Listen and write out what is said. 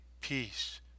peace